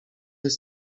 jest